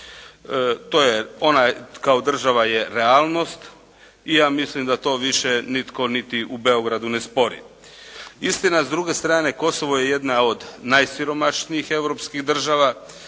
To je, ona kao država je realnost i ja mislim da to više nitko niti u Beogradu ne spori. Istina s druge strane Kosovo je jedna od najsiromašnijih europskih država.